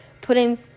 putting